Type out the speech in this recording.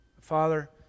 Father